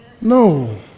No